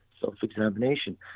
self-examination